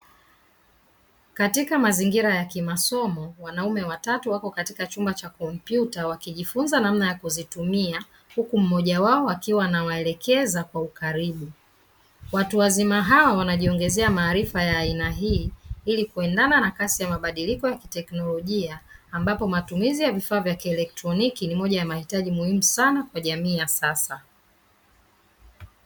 Katika mazingira ya kimasomo wanaume watatu wako katika chumba cha kompyuta wakijifunza namna ya kuzitumia huku mmoja wao akiwa anawaelekeza kwa ukarimu. Watu wazima hawa wanajiongezea maarifa ya aina hii ili kuendana na kasi ya mabadiliko ya teknolojia ambapo matumizi ya vifaa vya kieletroniki ni moja ya mahitaji muhimu sana kwa jamii ya sasa.